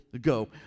go